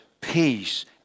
peace